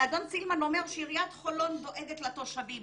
אדון סילמן אומר שעיריית חולון דואגת לתושבים.